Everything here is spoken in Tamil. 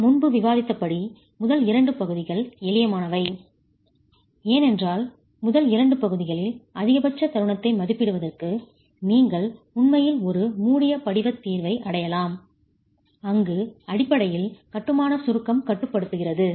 நாம்முன்பு விவாதித்தபடி முதல் இரண்டு பகுதிகள் எளிமையானவை ஏனென்றால் முதல் இரண்டு பகுதிகளில் அதிகபட்ச தருணத்தை மதிப்பிடுவதற்கு நீங்கள் உண்மையில் ஒரு மூடிய படிவத் தீர்வை அடையலாம் அங்கு அடிப்படையில் கட்டுமான சுருக்கம் கட்டுப்படுத்துகிறது